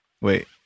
Wait